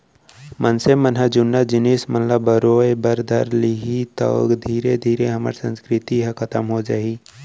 मनसे मन ह जुन्ना जिनिस मन ल बरोय बर धर लिही तौ धीरे धीरे हमर संस्कृति ह खतम हो जाही